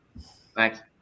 Thanks